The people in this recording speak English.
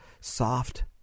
soft